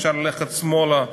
אפשר ללכת שמאלה,